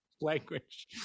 language